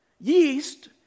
Yeast